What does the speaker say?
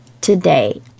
today